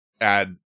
add